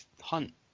hunt